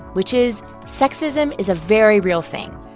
which is sexism is a very real thing.